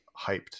hyped